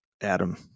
Adam